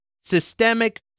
systemic